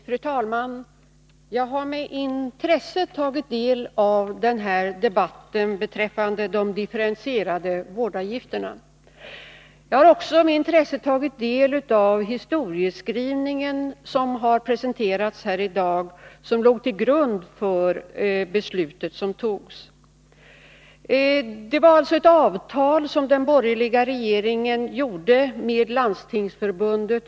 Fru talman! Jag har med intresse följt denna debatt beträffande de differentierade vårdavgifterna. Jag har också med intresse tagit del av den historieskrivning som här i dag har presenterats när det gäller vad som låg till grund för det beslut som fattades. Det var alltså ett avtal som den borgerliga regeringen våren 1981 träffade med Landstingsförbundet.